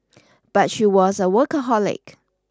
but she was a workaholic